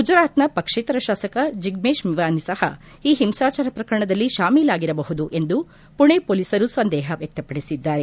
ಗುಜರಾತ್ನ ಪಕ್ಷೇತರ ಶಾಸಕ ಜಿಗ್ಲೇಶ್ ಮೆವಾನಿ ಸಹ ಈ ಹಿಂಸಾಚಾರ ಪ್ರಕರಣದಲ್ಲಿ ಶಾಮೀಲಾಗಿರಬಹುದು ಎಂದು ಪುಣೆ ಪೊಲೀಸರು ಸಂದೇಹ ವ್ಯಕ್ತಪಡಿಸಿದ್ದಾರೆ